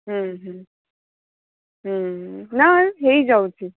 ହୁଁ ହୁଁ ହୁଁ ନାଇଁ ହୋଇଯାଉଛି